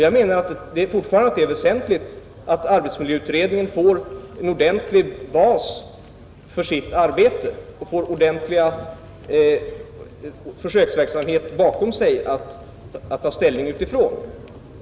Jag menar fortfarande att det är väsentligt att arbetsmiljöutredningen får en ordentlig bas för sitt arbete och får en ordentlig försöksverksamhet bakom sig att ta ställning utifrån.